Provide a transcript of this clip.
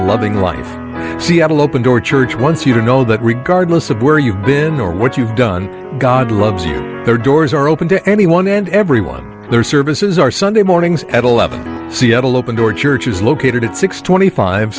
loving life seattle open door church once you know that regardless of where you've been or what you've done god loves you there are doors are open to anyone and everyone service is our sunday mornings at eleven seattle open door church is located at six twenty five